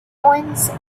coins